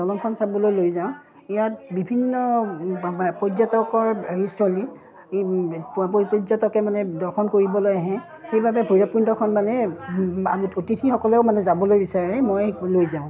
দলংখন চাবলৈ লৈ যাওঁ ইয়াত বিভিন্ন পৰ্যটকৰ হেৰি স্থলী পৰ্যটকে মানে দৰ্শন কৰিবলৈ আহে সেইবাবে ভৈৰৱকুণ্ডখন মানে অতিথিসকলেও মানে যাবলৈ বিচাৰে মই লৈ যাওঁ